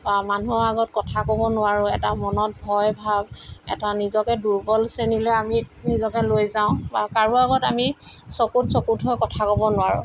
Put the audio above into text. মানুহৰ আগত কথা ক'ব নোৱাৰোঁ এটা মনত ভয় ভাব এটা নিজকে দুৰ্বল শ্ৰেণীলে আমি নিজকে লৈ যাওঁ বা কাৰো আগত আমি চকুত চকু থৈ কথা ক'ব নোৱাৰোঁ